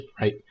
right